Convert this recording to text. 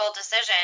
decision